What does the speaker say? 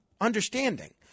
understanding